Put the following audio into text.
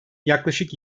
yaklaşık